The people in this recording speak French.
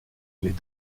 les